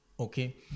Okay